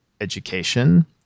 education